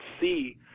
see